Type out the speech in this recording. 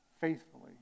faithfully